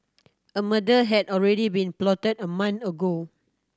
a murder had already been plotted a month ago